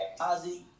Ozzy